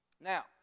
Now